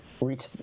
reach